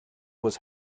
was